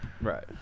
right